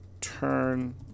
Turn